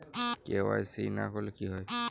KYC না করলে কি হয়?